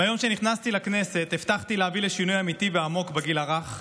ביום שנכנסתי לכנסת הבטחתי להביא לשינוי אמיתי ועמוק בגיל הרך,